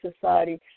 society